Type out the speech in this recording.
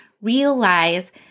realize